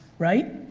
right?